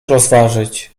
rozważyć